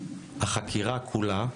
החקירה כולה,